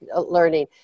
learning